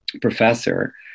professor